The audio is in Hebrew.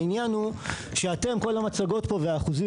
העניין הוא שאתם וכל המצגות פה ואחוזים